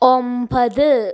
ഒമ്പത്